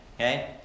Okay